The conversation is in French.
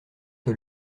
que